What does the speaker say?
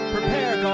Prepare